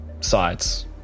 sides